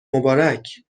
مبارک